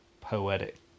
poetic